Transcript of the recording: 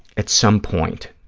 at some point,